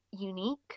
unique